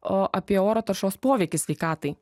o apie oro taršos poveikį sveikatai